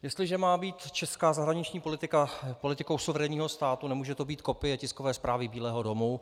Jestliže má být česká zahraniční politika politikou suverénního státu, nemůže to být kopie tiskové zprávy Bílého domu.